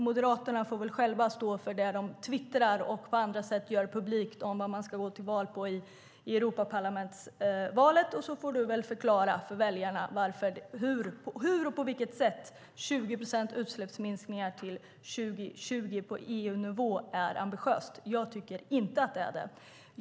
Moderaterna får väl själva stå för det de twittrar och på andra sätt gör publikt om vad man ska gå till val på i Europaparlamentsvalet, och så får du väl förklara för väljarna hur och på vilket sätt 20 procents utsläppsminskningar till 2020 på EU-nivå är ambitiöst. Jag tycker inte att det är det.